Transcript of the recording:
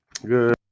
good